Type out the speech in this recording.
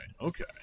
okay